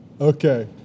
Okay